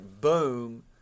boom